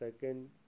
Second